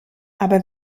aber